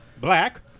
Black